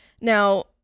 Now